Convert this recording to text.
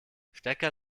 stecker